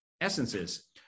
essences